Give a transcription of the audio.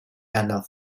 and